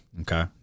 Okay